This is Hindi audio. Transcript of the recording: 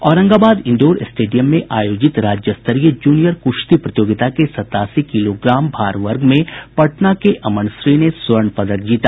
औरंगाबाद इंडोर स्टेडियम में आयोजित राज्य स्तरीय जूनियर कुश्ती प्रतियोगिता के सतासी किलोग्राम भार वर्ग में पटना के अमनश्री ने स्वर्ण पदक जीता